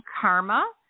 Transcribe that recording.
karma